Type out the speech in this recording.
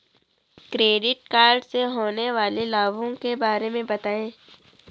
Credit card से होने वाले लाभों के बारे में बताएं?